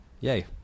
Yay